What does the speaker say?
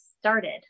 started